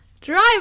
Drive